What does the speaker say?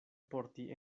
porti